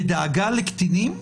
ודאגה לקטינים?